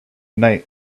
night